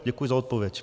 Děkuji za odpověď.